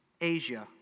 Asia